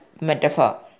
metaphor